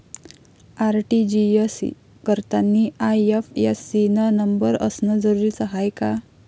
RTGS करतांनी IFSC न number असनं जरुरीच हाय का?